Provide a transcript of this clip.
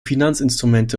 finanzinstrumente